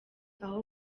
aho